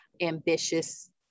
ambitious